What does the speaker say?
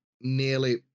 nearly